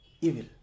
evil